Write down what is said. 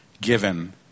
given